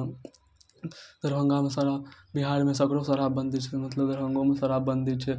ओहिमे फसल कऽ आनि कऽ घर परमे सुखाबैत छी हमसब फटकाबैत छी रखैत छी घर परमे ओकर